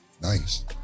Nice